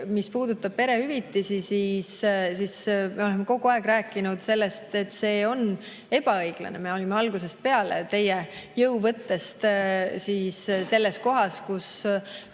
puudutab perehüvitisi, siis me oleme kogu aeg rääkinud sellest, et see on ebaõiglane. Me olime algusest peale teie jõuvõttest selles kohas, kus